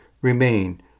remain